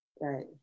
Right